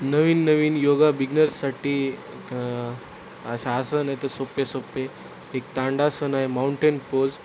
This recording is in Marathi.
नवीन नवीन योगा बिग्नर्ससाठी अशा आसन आहे तर सोप्पे सोप्पे एक ताडासन आहे माऊंटेन पोज